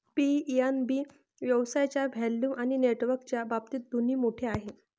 PNB व्यवसायाच्या volume आणि नेटवर्कच्या बाबतीत दोन्ही मोठे आहे